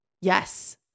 Yes